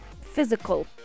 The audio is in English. physical